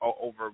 over